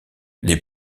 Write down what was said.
les